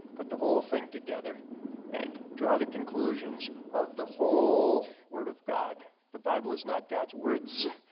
but the whole thing together and draw the conclusions of the whole word of god. the bible is not god's words.